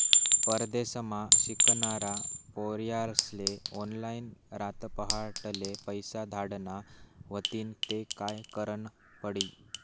परदेसमा शिकनारा पोर्यास्ले ऑनलाईन रातपहाटले पैसा धाडना व्हतीन ते काय करनं पडी